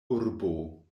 urbo